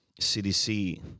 CDC